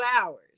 hours